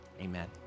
Amen